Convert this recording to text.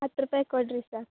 ಹತ್ತು ರೂಪಾಯಿಗೆ ಕೊಡಿರಿ ಸಾಕು